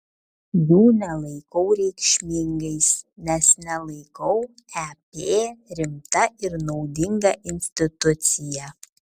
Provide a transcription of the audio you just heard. jų nelaikau reikšmingais nes nelaikau ep rimta ir naudinga institucija